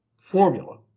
formula